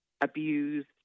abused